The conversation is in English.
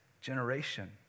generation